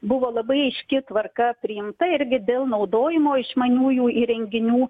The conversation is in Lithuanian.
buvo labai aiški tvarka priimta irgi dėl naudojimo išmaniųjų įrenginių